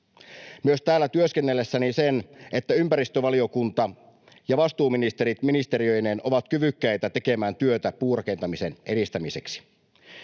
myös täällä työskennellessäni ymmärtänyt sen, että ympäristövaliokunta ja vastuuministerit ministeriöineen ovat kyvykkäitä tekemään työtä puurakentamisen edistämiseksi.